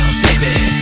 baby